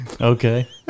Okay